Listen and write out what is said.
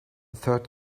third